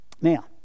now